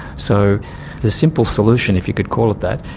so the simple solution, if you could call it that,